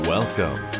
Welcome